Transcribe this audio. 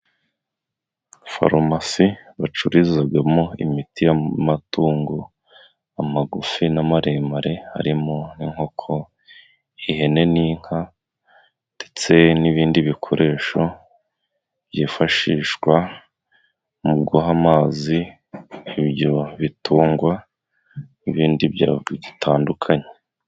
Farumasi bacururizagamo imiti y' amatungo, amagufi n' amaremare, harimo inkoko, ihene n' inka ndetse n' ibindi bikoresho byifashishwa mu guha amazi, ibyo bitungwa n' ibindi bya_ bitandukanye.